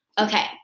okay